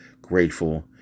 grateful